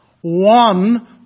One